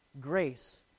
grace